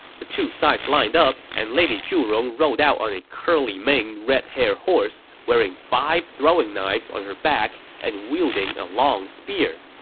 the two sides lined up, and lady zhurong rode out on a curly-maned red hare horse, wearing five throwing knives on her back and wielding a long spear.